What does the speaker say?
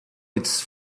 its